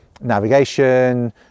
navigation